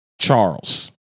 Charles